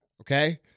okay